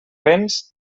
vents